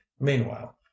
meanwhile